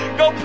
go